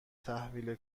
تحویل